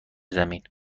زمین